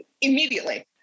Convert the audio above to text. immediately